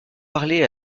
parler